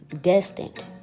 destined